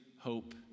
hope